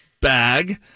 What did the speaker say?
bag